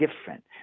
different